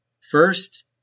First